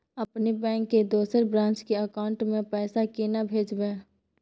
अपने बैंक के दोसर ब्रांच के अकाउंट म पैसा केना भेजबै?